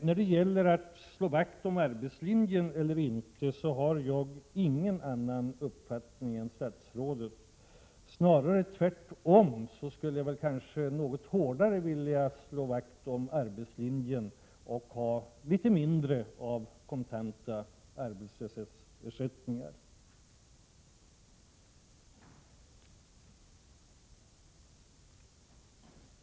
När det gäller att slå vakt om arbetslinjen eller inte har jag ingen annan uppfattning än statsrådet. Tvärtom skulle jag kanske för min del vilja något hårdare slå vakt om arbetslinjen och ha litet mindre av kontanta arbetslöshetsersättningar.